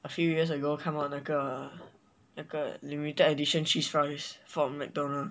a few years ago come out 那个那个 limited edition cheese fries from mcdonald